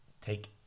Take